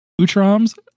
utram's